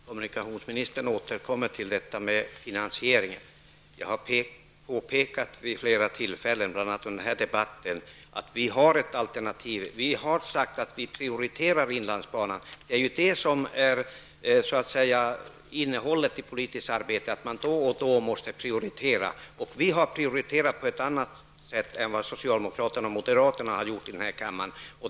Herr talman! Kommunikationsministern återkommer till detta med finansieringen. Jag har vid flera tillfällen, bl.a. under den här debatten, påpekat att vi har ett alternativ. Vi har sagt att vi prioriterar inlandsbanan. Det är ju innehållet i det politiska arbetet att man då och då måste prioritera. Vi har prioriterat på ett annat sätt än vad socialdemokraterna och moderaterna har gjort i den här kammaren.